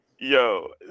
yo